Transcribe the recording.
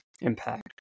impact